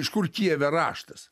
iš kur kijeve raštas